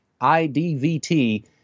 IDVT